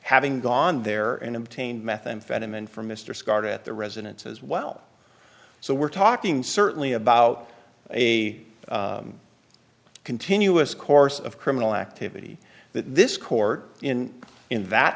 having gone there and obtained methamphetamine from mr scott at the residence as well so we're talking certainly about a continuous course of criminal activity that this court in in that